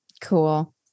cool